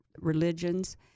religions